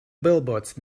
billboards